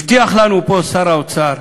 הבטיחו לנו פה שר האוצר